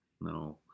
No